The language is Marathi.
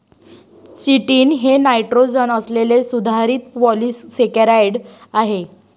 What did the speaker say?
चिटिन हे नायट्रोजन असलेले सुधारित पॉलिसेकेराइड आहे